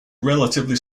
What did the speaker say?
relatively